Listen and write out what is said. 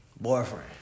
Boyfriend